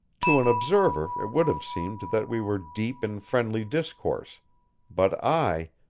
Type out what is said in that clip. to an observer it would have seemed that we were deep in friendly discourse but i,